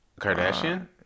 Kardashian